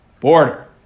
border